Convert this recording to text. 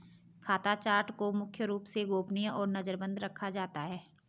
खाता चार्ट को मुख्य रूप से गोपनीय और नजरबन्द रखा जाता है